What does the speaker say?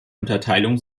unterteilung